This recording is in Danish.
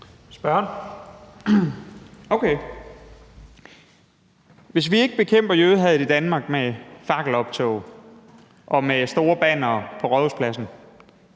Hvis vi ikke bekæmper jødehadet i Danmark med fakkeloptog og med store bannere på Rådhuspladsen,